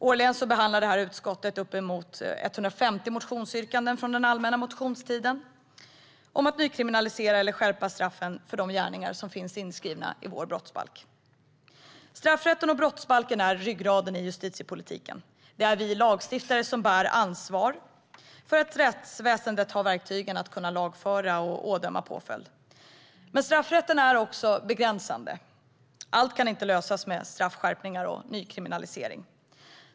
Årligen behandlar det här utskottet uppemot 150 motionsyrkanden från den allmänna motionstiden om att nykriminalisera gärningar eller skärpa straffen för de gärningar som finns inskrivna i vår brottsbalk. Straffrätten och brottsbalken är ryggraden i justitiepolitiken. Det är vi lagstiftare som bär ansvar för att rättsväsendet har verktygen för att kunna lagföra och utdöma påföljd. Men straffrätten är också begränsande. Allt kan inte lösas med straffskärpningar och nykriminalisering.